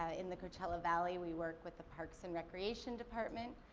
ah in the coachella valley, we work with the parks and recreation department,